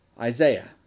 Isaiah